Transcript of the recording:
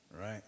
right